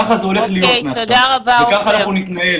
ככה זה הולך להיות מעכשיו וכך אנחנו נתנהל.